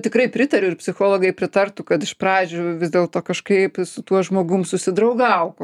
tikrai pritariu ir psichologai pritartų kad iš pradžių vis dėlto kažkaip su tuo žmogum susidraugauk